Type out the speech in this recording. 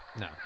No